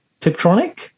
tiptronic